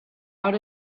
out